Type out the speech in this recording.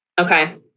Okay